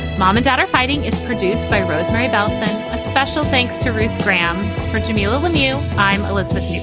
mom and dad are fighting is produced by rosemarie bellson. a special thanks to ruth graham for djamila with you. i'm elizabeth